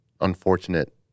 unfortunate